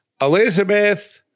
Elizabeth